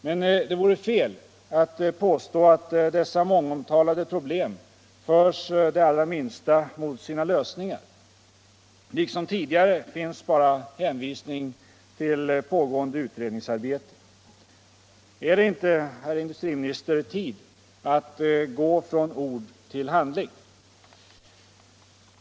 Men det vore fel att påstå att dessa mångomtalade problem förs det allra minsta mot sina lösningar. Liksom tidigare hänvisades det bara till pågående utredningsarbete. Är det inte, herr industriminister, tid att övergå från ord till handling?